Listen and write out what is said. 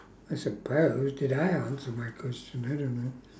I suppose did I answer my question I don't know